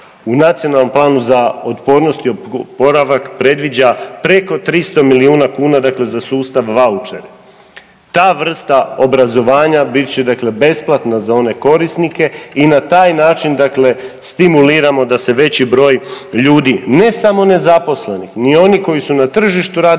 u Nacionalnom planu za otpornost i oporavak predviđa preko 300 milijuna kuna dakle za sustav vaučeri. Ta vrsta obrazovanja bit će dakle besplatna za one korisnike i na taj način stimuliramo da se veći broj ljudi ne samo nezaposlenih, ni onih koji su na tržištu rada,